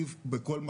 על העדר עובדי ניקיון,